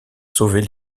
sauver